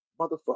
Motherfucker